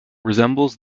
resembles